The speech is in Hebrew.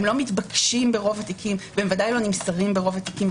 הם לא מתבקשים ברוב התיקים ובוודאי לא נמסרים ברוב התיקים.